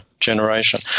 generation